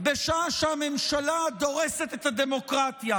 בשעה שהממשלה דורסת את הדמוקרטיה,